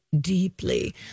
deeply